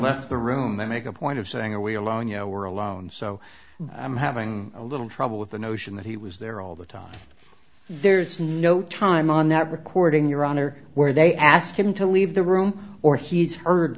left the room they make a point of saying are we allowing you know we're alone so i'm having a little trouble with the notion that he was there all the time there's no time on that recording your honor where they ask him to leave the room or he's heard